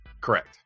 Correct